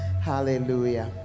Hallelujah